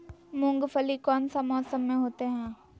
मूंगफली कौन सा मौसम में होते हैं?